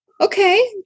okay